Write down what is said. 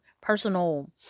personal